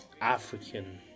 African